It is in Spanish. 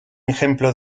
ejemplo